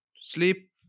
sleep